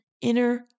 inner